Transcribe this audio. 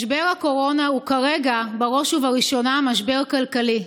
משבר הקורונה הוא כרגע בראש ובראשונה משבר כלכלי,